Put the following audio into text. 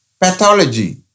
Pathology